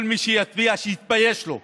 כל מי שיצביע, שיתבייש לו.